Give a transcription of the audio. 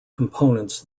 components